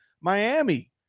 Miami